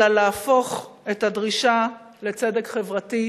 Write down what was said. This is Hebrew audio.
אלא להפוך את הדרישה לצדק חברתי,